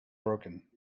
broken